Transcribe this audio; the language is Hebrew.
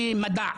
מדע.